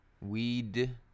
Weed